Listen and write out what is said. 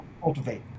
cultivate